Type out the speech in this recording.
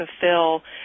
fulfill